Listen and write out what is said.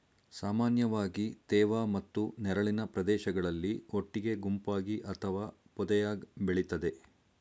ಸಾಮಾನ್ಯವಾಗಿ ತೇವ ಮತ್ತು ನೆರಳಿನ ಪ್ರದೇಶಗಳಲ್ಲಿ ಒಟ್ಟಿಗೆ ಗುಂಪಾಗಿ ಅಥವಾ ಪೊದೆಯಾಗ್ ಬೆಳಿತದೆ